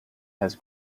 has